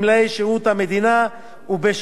ובתקופת הביניים